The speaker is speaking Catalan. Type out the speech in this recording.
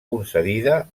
concedida